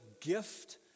gift